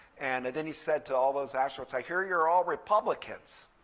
and then he said to all those astronauts, i hear you're all republicans.